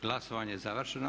Glasovanje je završeno.